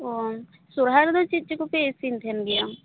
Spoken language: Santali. ᱚ ᱥᱚᱦᱚᱨᱟᱭ ᱨᱮᱫᱚ ᱪᱮᱫᱽ ᱪᱮᱫᱽ ᱠᱚᱯᱮ ᱤᱥᱤᱱ ᱛᱟᱦᱮᱱ ᱜᱮᱭᱟ